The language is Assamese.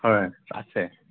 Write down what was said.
হয় আছে